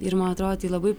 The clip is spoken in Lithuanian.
ir man atrodo tai labai